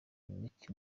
meek